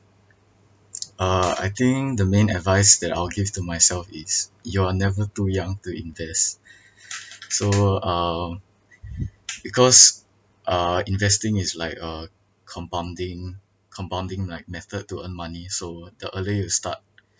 uh I think the main advice that I'll give to myself is you're never too young to invest so um because uh investing is like a compounding compounding like method to earn money so the earlier you start